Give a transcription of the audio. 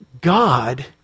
God